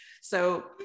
so-